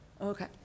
Okay